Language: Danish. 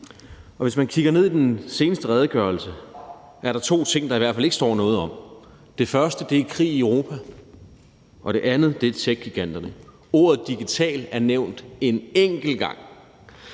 Hvis man kigger ned i den seneste redegørelse, kan man se, at der er to ting, der i hvert fald ikke står noget om. Den første er krig i Europa, og den anden er techgiganterne. Ordet digital er nævnt en enkelt gang,